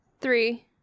Three